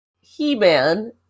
He-Man